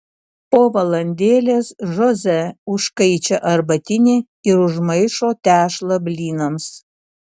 po valandėlės žoze užkaičia arbatinį ir užmaišo tešlą blynams